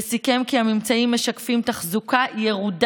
הוא סיכם כי הממצאים משקפים תחזוקה ירודה